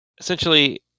essentially